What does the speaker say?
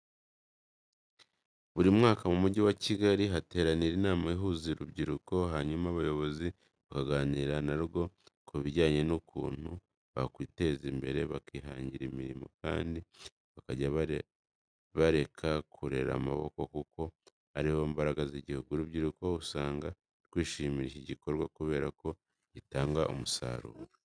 Buri mwaka mu mugi wa Kigali hateranira inama ihuza urubyiruko, hanyuma abayobozi bakaganira na rwo ku bijyanye n'ukuntu bakwiteza imbere, bakihangira imirimo kandi bakajya bareka kurera amaboko kuko ari bo mbaraga z'igihugu. Urubyiruko usanga rwishimira iki gikorwa kubera ko gitanga umusaruro.